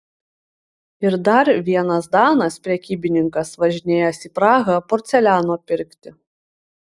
ir dar vienas danas prekybininkas važinėjęs į prahą porceliano pirkti